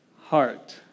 heart